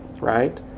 right